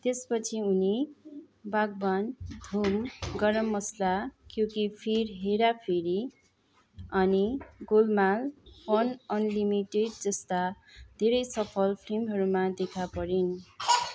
त्यसपछि उनी बागवान धुम गरम मसाला क्यों कि फिर हेरा फेरी अनि गोलमाल फन अनलिमिटेड जस्ता धेरै सफल फिल्महरूमा देखापरिन्